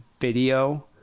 video